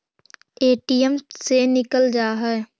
ATM से निकल जा है?